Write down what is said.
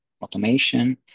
automation